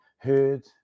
heard